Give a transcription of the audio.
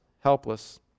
helpless